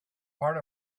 part